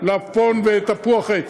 מלפפון ותפוח עץ.